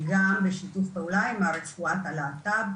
וגם בשיתוף פעולה עם רפואת הלהט"ב,